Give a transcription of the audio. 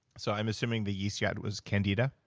so i'm assuming the yeast you had was candida?